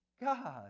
God